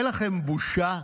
אין לכם בושה?